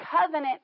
covenant